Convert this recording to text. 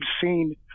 seen